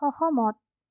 সহমত